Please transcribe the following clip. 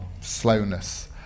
slowness